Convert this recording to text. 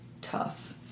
tough